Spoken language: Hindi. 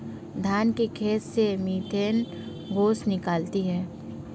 धान के खेत से मीथेन गैस निकलती है